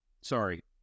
Sorry